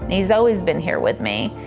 he's always been here with me.